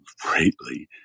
greatly